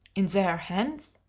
in their hands?